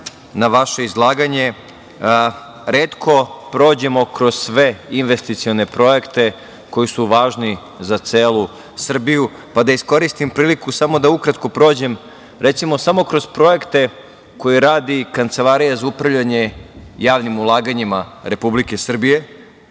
na vaše izlaganje. Retko prođemo kroz sve investicione projekte koji su važni za celu Srbiju, pa da iskoristim priliku samo da ukratko prođem, recimo, samo kroz projekte koje radi Kancelarija za upravljanje javnim ulaganjima Republike Srbije.